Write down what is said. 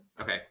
Okay